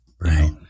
Right